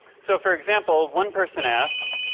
so for example, one person asked,